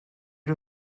you